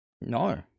No